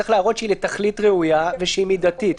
צריך להראות שהיא לתכלית ראויה ושהיא מידתית.